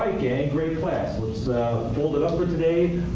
gang. great class. let's fold it up for today.